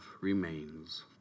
remains